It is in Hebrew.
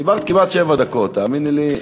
דיברת כמעט שבע דקות, תאמיני לי,